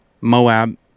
Moab